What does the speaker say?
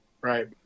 right